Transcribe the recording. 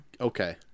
Okay